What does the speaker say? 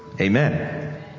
Amen